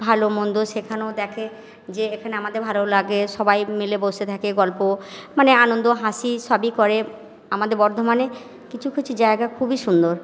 ভালো মন্দ সেখানেও দেখে যে এখানে আমাদের ভালো লাগে সবাই মিলে বসে থাকে গল্প মানে আনন্দ হাসি সবই করে আমাদের বর্ধমানে কিছু কিছু জায়গা খুবই সুন্দর